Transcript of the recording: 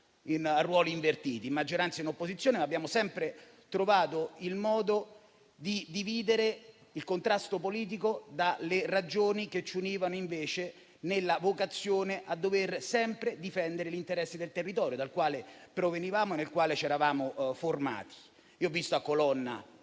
in ruoli invertiti, in maggioranza e in opposizione, ma abbiamo sempre trovato il modo di dividere il contrasto politico dalle ragioni che ci univano nella vocazione a dover sempre difendere l'interesse del territorio dal quale provenivamo e nel quale ci eravamo formati. Ho visto a Colonna